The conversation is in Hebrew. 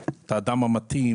אדוני.